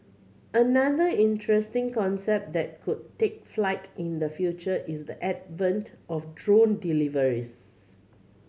another interesting concept that could take flight in the future is the advent of drone deliveries